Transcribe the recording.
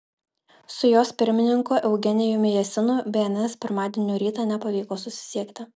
su jos pirmininku eugenijumi jesinu bns pirmadienio rytą nepavyko susisiekti